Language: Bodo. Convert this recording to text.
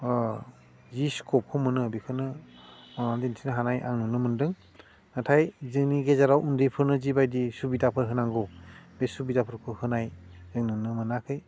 जि स्कपखौ मोनो बेखौनो मावनानै दिन्थिनो हानाय आं नुनो मोनदों नाथाय जोंनि गेजेराव उन्दैफोरनो जिबायदि सुबिदाफोर होनांगौ बे सुबिदाफोरखौ होनाय जों नुनो मोनाखै